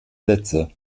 sätze